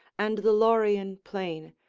and the laurian plain,